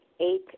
Eight